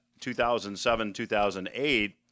2007-2008